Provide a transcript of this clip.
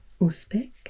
Uzbek